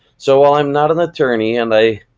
so while i'm not an attorney and i